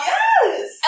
yes